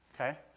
okay